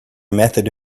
method